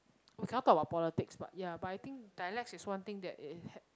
we cannot talk about politics but ya but I think dialects is one thing that i~ is